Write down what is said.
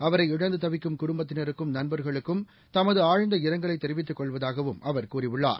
அவரை இழந்து தவிக்கும் குடுப்பத்தினருக்கும் நண்பர்களுக்கும் தமது ஆழ்ந்த இரங்கலை தெரிவித்குக் கொள்வதாகவும் அவர் கூறியுள்ளார்